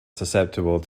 susceptible